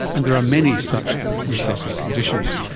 and there are many such recessive conditions.